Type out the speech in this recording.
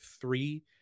three